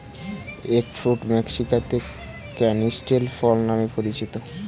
egg fruit মেক্সিকোতে canistel ফল নামে পরিচিত